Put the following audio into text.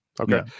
okay